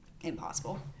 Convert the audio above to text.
impossible